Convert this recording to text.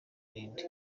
n’indi